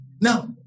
Now